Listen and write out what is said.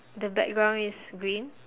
the background is green